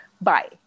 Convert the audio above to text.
Bye